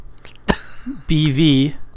BV